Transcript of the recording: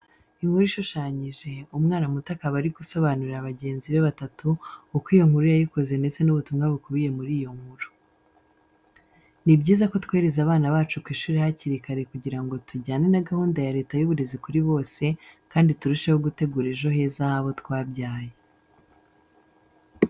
Inkuru ishushanyije, umwana muto akaba ari gusobanurira bagenzi be batatu uko iyo nkuru yayikoze ndetse n'ubutumwa bukubiye muri iyo nkuru. Ni byiza ko twohereza abana bacu ku ishuri hakiri kare kugira ngo tujyane na gahunda ya Leta y'uburezi kuri bose kandi turusheho gutegura ejo heza h'abo twabyaye.